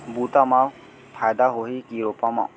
बुता म फायदा होही की रोपा म?